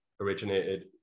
originated